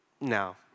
No